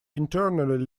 internally